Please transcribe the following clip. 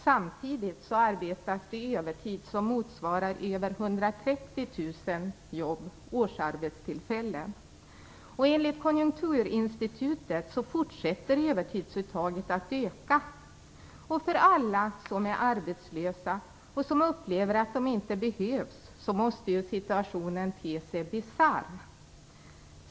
Samtidigt arbetas det övertid som motsvarar över 130 000 årsarbetstillfällen. Enligt Konjunkturinstitutet fortsätter övertidsuttaget att öka. För alla som är arbetslösa och som upplever att de inte behövs måste situationen te sig bisarr.